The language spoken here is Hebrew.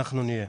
אנחנו נהיה.